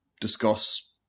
discuss